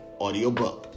audiobook